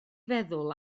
feddwl